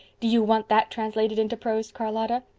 do you want that translated into prose, charlotta?